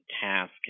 task